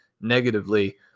negatively